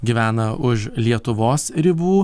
gyvena už lietuvos ribų